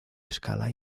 escala